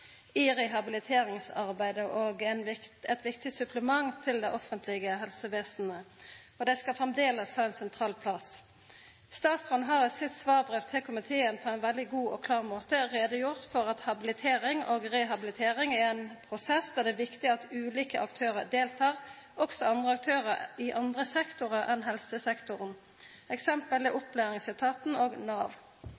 i rehabiliteringsarbeidet, at dei er eit viktig supplement til det offentlege helsevesenet, og at dei framleis skal ha ein sentral plass. Statsråden har i sitt svarbrev til komiteen på ein veldig god og klar måte gjort greie for at habilitering og rehabilitering er ein prosess der det er viktig at ulike aktørar deltek, også andre aktørar i andre sektorar enn helsesektoren, eksempel er